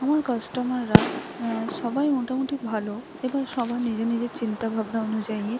আমার কাস্টমাররা সবাই মোটামুটি ভালো এবার সবার নিজের নিজের চিন্তা ভাবনা অনুযায়ী